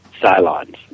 Cylons